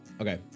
Okay